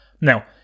Now